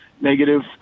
negative